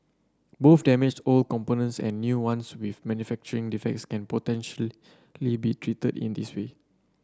both damaged old components and new ones with manufacturing defects can potentially be treated in this way